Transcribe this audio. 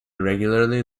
regularly